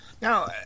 Now